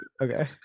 Okay